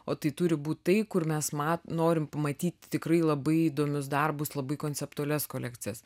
o tai turi būti tai kur mes ma norim pamatyti tikrai labai įdomius darbus labai konceptualias kolekcijas